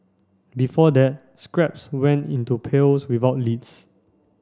before that scraps went into pails without lids